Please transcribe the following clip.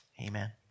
Amen